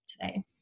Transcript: today